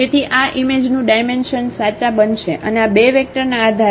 તેથી આ ઈમેજ નું ડાયમેન્શન સાચા બનશે અને આ બે વેક્ટરના આધારે